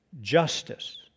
justice